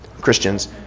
Christians